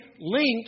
linked